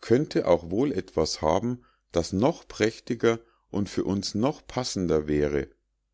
könnte auch wohl etwas haben das noch prächtiger und für uns noch passender wäre